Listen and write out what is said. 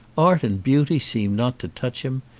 art and beauty seem not to touch him,